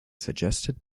suggested